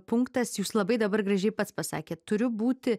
punktas jūs labai dabar gražiai pats pasakėt turiu būti